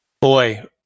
boy